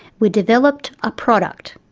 we developed a product,